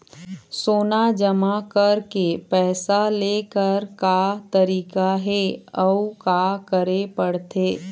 सोना जमा करके पैसा लेकर का तरीका हे अउ का करे पड़थे?